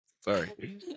sorry